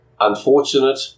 unfortunate